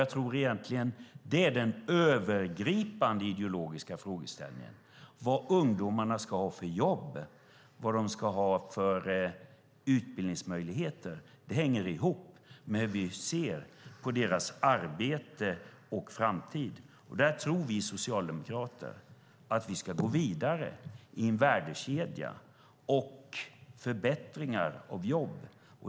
Jag tror att detta egentligen är den övergripande ideologiska frågeställningen. Vilka jobb och vilka utbildningsmöjligheter ungdomarna ska ha hänger ihop med hur vi ser på deras arbete och framtid. Där tror vi socialdemokrater att vi ska gå vidare i en värdekedja och förbättringar av jobb.